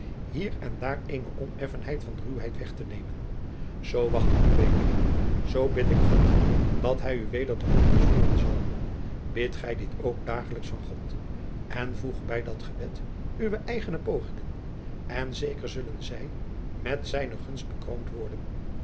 hier en daar eene oneffenheid en ruwheid weg te nemen zoo wacht ik u weder zoo bid ik god dat hij u weder tot ons voeren zal bid gij dit ook dagelijks van god en voeg bij dat gebed uwe eigene pogingen en zeker zullen zij met zijne gunst bekroond worden